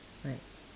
right